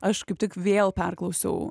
aš kaip tik vėl perklausiau